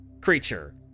creature